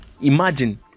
Imagine